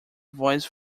voice